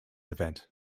event